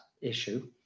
issue